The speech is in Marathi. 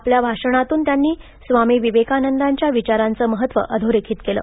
आपल्या भाषणातून त्यांनी स्वामी विवेकानंदांच्या विचारांचं महत्त्व अधोरेखित केल